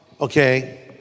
Okay